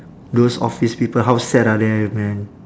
those office people how sad are they man